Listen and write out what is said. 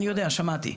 אני יודע, שמעתי.